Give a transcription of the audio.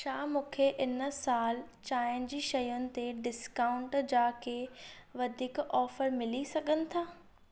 छा मूंखे हिन साल चांहि जी शयुनि ते डिस्काउंटु जा के वधीक ऑफ़र मिली सघनि था